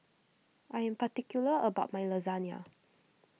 I am particular about my Lasagna